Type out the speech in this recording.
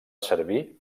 servir